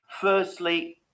Firstly